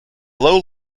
low